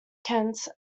kent